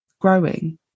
growing